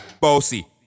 Bossy